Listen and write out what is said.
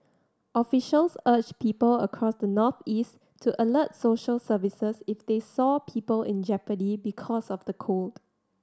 officials urged people across the northeast to alert social services if they saw people in jeopardy because of the cold